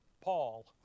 Paul